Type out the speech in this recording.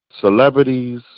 celebrities